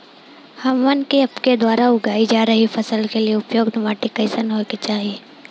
हमन के आपके द्वारा उगाई जा रही फसल के लिए उपयुक्त माटी कईसन होय के चाहीं?